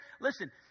Listen